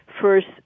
first